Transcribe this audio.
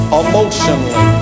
emotionally